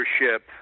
leadership